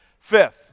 Fifth